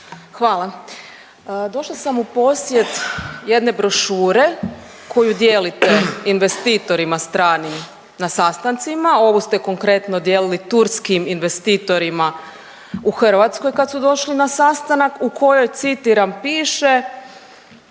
Hvala. Došla sam u posjed jedne brošure koju dijelite investitorima stranim na sastancima. Ovu ste konkretno dijelili turskim investitorima u Hrvatskoj kada su došli na sastanak u kojoj citiram piše: